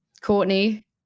Courtney